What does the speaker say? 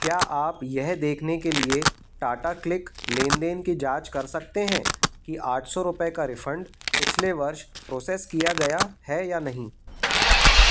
क्या आप यह देखने के लिए टाटा क्लिक लेनदेन की जाँच कर सकते हैं कि आठ सौ रुपये का रिफ़ंड पिछले वर्ष प्रोसेस किया गया है या नहीं